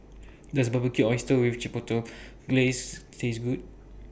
Does Barbecued Oysters with Chipotle Glaze Taste Good